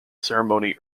ceremony